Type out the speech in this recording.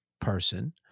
person